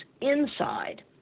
inside